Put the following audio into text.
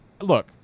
look